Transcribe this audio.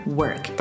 work